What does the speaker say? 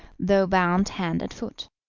though bound hand and foot.